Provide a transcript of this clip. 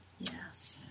Yes